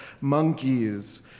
monkeys